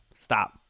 Stop